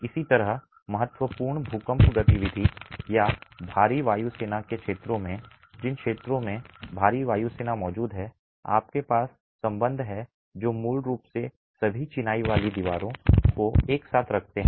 इसी तरह महत्वपूर्ण भूकंप गतिविधि या भारी वायु सेना के क्षेत्रों में जिन क्षेत्रों में भारी वायु सेना मौजूद है आपके पास संबंध हैं जो मूल रूप से सभी चिनाई वाली दीवारों को एक साथ रखते हैं